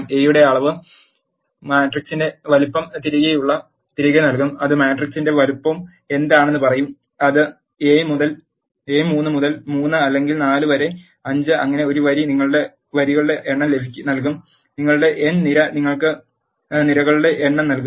A യുടെ അളവ് മാട്രിക്സിന്റെ വലുപ്പം തിരികെ നൽകും അത് മാട്രിക്സിന്റെ വലുപ്പം എന്താണെന്ന് പറയും അത് എ 3 മുതൽ 3 അല്ലെങ്കിൽ 4 വരെ 5 അങ്ങനെ ഒരു വരി നിങ്ങൾക്ക് വരികളുടെ എണ്ണം നൽകും നിങ്ങളുടെ n നിര നിങ്ങൾക്ക് നിരകളുടെ എണ്ണം നൽകും